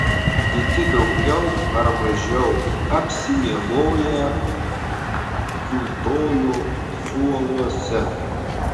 kiti daugiau ar mažiau apsimiegoję kiūtojo suoluose